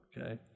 okay